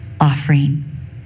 offering